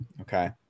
okay